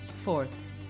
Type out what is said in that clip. Fourth